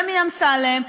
ומאמסלם,